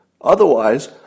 Otherwise